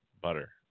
Butter